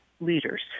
leaders